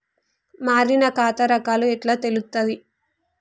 మారిన ఖాతా రకాలు ఎట్లా తెలుత్తది?